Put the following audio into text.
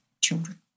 children